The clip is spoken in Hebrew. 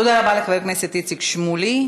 תודה רבה לחבר הכנסת איציק שמולי.